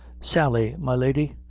sally, my lady.